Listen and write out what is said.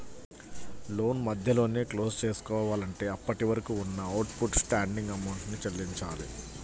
లోను మధ్యలోనే క్లోజ్ చేసుకోవాలంటే అప్పటివరకు ఉన్న అవుట్ స్టాండింగ్ అమౌంట్ ని చెల్లించాలి